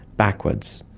backwards,